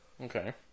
Okay